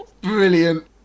Brilliant